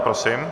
Prosím.